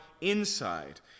inside